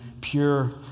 pure